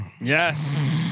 yes